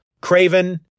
Craven